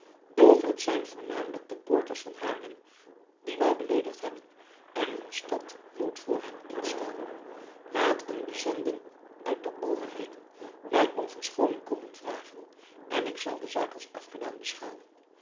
doch het zijn voornamelijk de poorters van haarlem die mij beleedigd hebben en hun stad moet voor hen instaan laat een bezending uit de overheden mij om verschooning komen vragen en ik zal de zaak als afgedaan beschouwen